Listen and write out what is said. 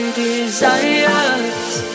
desires